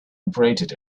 abraded